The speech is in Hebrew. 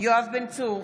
יואב בן צור,